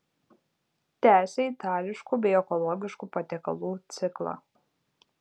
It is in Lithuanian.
tęsia itališkų bei ekologiškų patiekalų ciklą